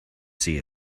see